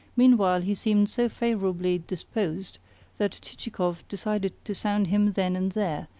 meanwhile he seemed so favourably disposed that chichikov decided to sound him then and there,